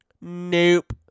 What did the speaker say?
Nope